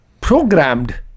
programmed